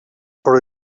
però